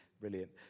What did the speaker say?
brilliant